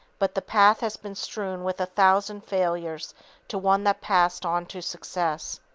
but the path has been strewn with a thousand failures to one that passed on to success.